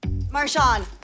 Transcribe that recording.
Marshawn